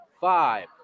five